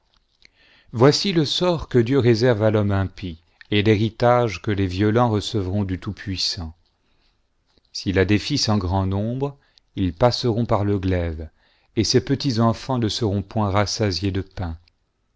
voici le sort que dieu réserve à l'homme impie et l'héritage que les violents recevront du tout-puissant s'il a des fils en grand nombre ils passeront par le glaive et ses petitseîifants ne seront point rassasiés de pain